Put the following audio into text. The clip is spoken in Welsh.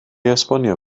esbonio